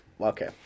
Okay